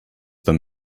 them